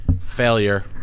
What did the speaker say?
failure